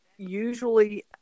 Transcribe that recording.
Usually